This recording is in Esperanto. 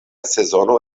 sezono